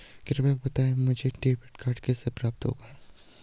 कृपया बताएँ मुझे डेबिट कार्ड कैसे प्राप्त होगा?